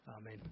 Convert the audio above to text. Amen